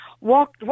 walk